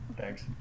thanks